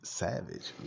savage